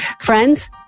Friends